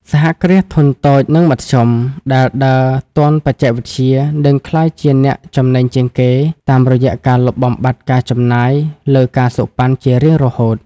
សហគ្រាសធុនតូច និងមធ្យម ដែលដើរទាន់បច្ចេកវិទ្យា នឹងក្លាយជាអ្នកចំណេញជាងគេ តាមរយៈការលុបបំបាត់ការចំណាយលើ ការសូកប៉ាន់ ជារៀងរហូត។